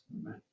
Amen